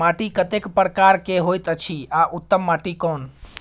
माटी कतेक प्रकार के होयत अछि आ उत्तम माटी कोन?